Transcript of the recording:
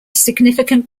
significant